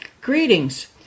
Greetings